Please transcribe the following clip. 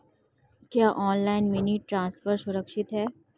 क्या online money transfer सुरक्षित है?